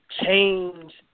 change